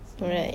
right